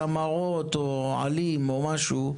ואתם לא יודעים לעשות "צמרות" או "עלים" או משהו,